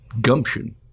gumption